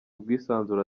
ubwisanzure